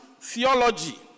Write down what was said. theology